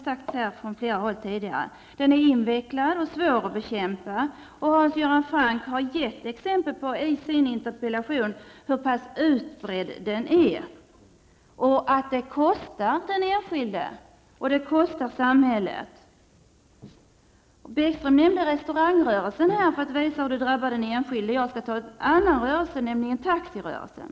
Hans Göran Franck har i sin interpellation gett exempel på hur pass utbredd den är och vad den kostar den enskilde och samhället. Lars Bäckström nämnde restaurangrörelsen för att visa hur den enskilde drabbas. Jag skall nämna en annan rörelse, nämligen taxirörelsen.